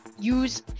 use